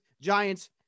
Giants